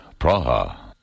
Praha